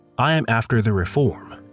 i am after the reform.